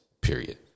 period